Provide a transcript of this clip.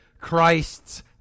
Christ's